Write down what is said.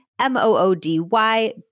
M-O-O-D-Y